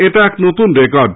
এটা এক নতুন রেকর্ড